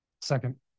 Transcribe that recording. Second